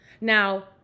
Now